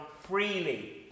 freely